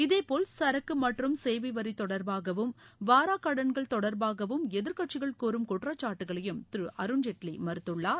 இதேபோல் சரக்கு மற்றும் சேவை வரி தொடர்பாகவும் வாராக் கடன்கள் தொடர்பாகவும் எதிர்கட்சிகள் கூறும் குற்றச்சாட்டுகளையும் திரு அருண்ஜேட்லி மறுத்துள்ளார்